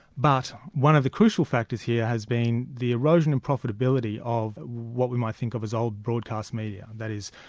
but one of the crucial factors here has been the erosion of and profitability of what we might think of as old broadcast media, that is,